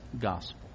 gospel